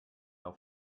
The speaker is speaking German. auf